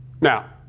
Now